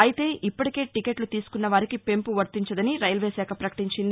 అయితే ఇప్పటికే టీకెట్లు తీసుకున్నవారికి పెంపు వర్తించదని రైల్వే శాఖ పకటించింది